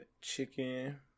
chicken